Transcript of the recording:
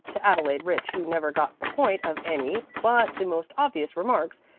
to adelaide rich, who never got the point of any but the most obvious remarks,